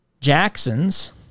Jacksons